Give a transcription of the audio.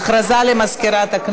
הודעה למזכירת,